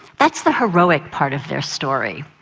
that's the heroic part of their story.